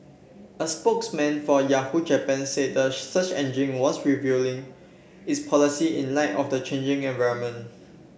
a spokesman for Yahoo Japan said the search engine was reviewing its policy in light of the changing environment